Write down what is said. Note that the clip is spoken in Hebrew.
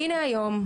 והינה היום,